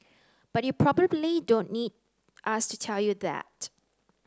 but you probably don't need us to tell you that